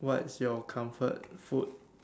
what is your comfort food